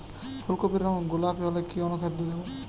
ফুল কপির রং গোলাপী হলে কি অনুখাদ্য দেবো?